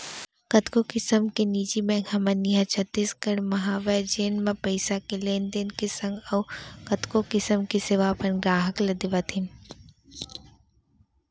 कतको किसम के निजी बेंक हमन इहॉं छत्तीसगढ़ म हवय जेन म पइसा के लेन देन के संग अउ कतको किसम के सेवा अपन गराहक ल देवत हें